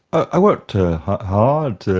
i worked hard